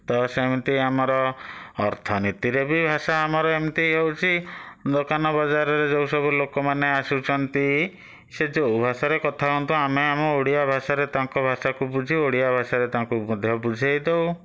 ତ ସେମିତି ଆମର ଅର୍ଥନୀତିରେ ବି ଭାଷା ଆମର ଏମିତି ହେଉଛି ଦୋକାନ ବଜାରରେ ଯେଉଁ ସବୁ ଲୋକମାନେ ଆସୁଛନ୍ତି ସେ ଯେଉଁ ଭାଷାରେ କଥା ହୁଅନ୍ତୁ ଆମେ ଆମ ଓଡ଼ିଆ ଭାଷାରେ ତାଙ୍କ ଭାଷାକୁ ବୁଝୁ ଓଡ଼ିଆ ଭାଷାରେ ତାଙ୍କୁ ମଧ୍ୟ ବୁଝାଇ ଦେଉ